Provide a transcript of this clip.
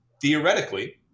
theoretically